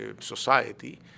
society